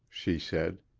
she said,